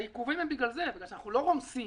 העיכובים הם בגלל זה, בגלל שאנחנו לא רומסים.